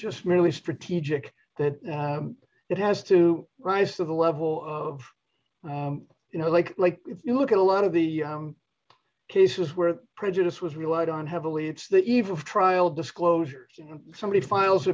just merely strategic that it has to rise to the level of you know like like if you look at a lot of the cases where prejudice was relied on heavily it's the eve of trial disclosure somebody files